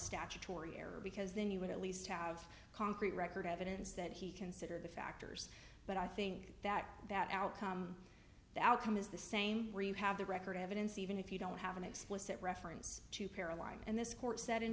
statutory error because then you would at least have concrete record evidence that he considered the factors but i think that that outcome the outcome is the same where you have the record evidence even if you don't have an explicit reference to caroline and this court s